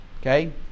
okay